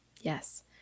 Yes